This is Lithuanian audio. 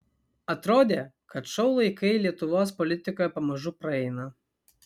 atrodė kad šou laikai lietuvos politikoje pamažu praeina